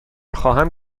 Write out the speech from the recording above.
خواهم